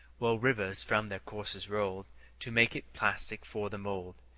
while rivers from their courses rolled to make it plastic for the mould.